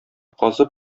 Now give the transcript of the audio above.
казып